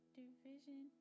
division